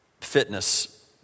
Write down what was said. fitness